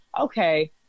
okay